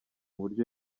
buryo